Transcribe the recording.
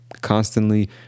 Constantly